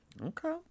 Okay